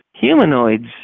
Humanoids